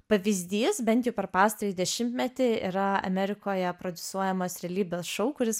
pavyzdys bent jau per pastarąjį dešimtmetį yra amerikoje prodiusuojamas realybės šou kuris